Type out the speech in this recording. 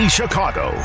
Chicago